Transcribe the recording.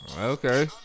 Okay